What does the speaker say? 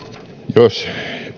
jos